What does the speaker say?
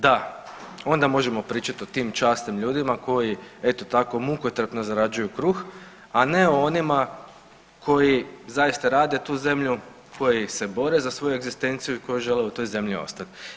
Da, onda možemo pričati o tim časnim ljudima koji eto tako mukotrpno zarađuju kruh, a ne o onima koji zaista rade tu zemlju, koji se bore za svoju egzistenciju i koji žele u toj zemlji ostati.